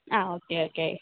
ആ okay okay